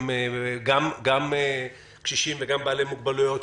גם קשישים וגם בעלי מוגבלויות,